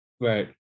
right